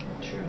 True